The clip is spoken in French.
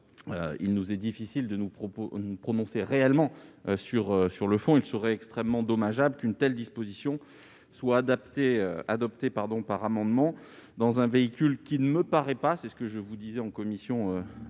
il nous est difficile de nous prononcer réellement sur le fond et il serait extrêmement dommageable qu'une telle disposition soit adoptée par amendement dans un véhicule qui ne me paraît pas adapté- c'est ce que je vous disais en commission